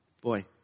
Boy